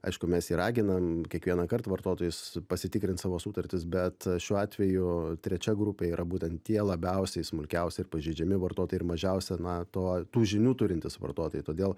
aišku mes ir raginam kiekvienąkart vartotojus pasitikrint savo sutartis bet šiuo atveju trečia grupė yra būtent tie labiausiai smulkiausi ir pažeidžiami vartotojai ir mažiausia na to tų žinių turintys vartotojai todėl